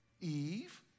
Eve